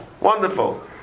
Wonderful